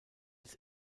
its